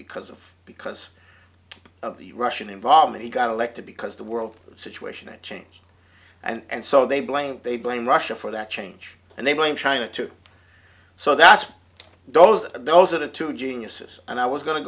because of because of the russian involvement he got elected because the world situation it changed and so they blame they blame russia for that change and they blame china too so that's those those are the two geniuses and i was going to